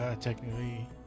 technically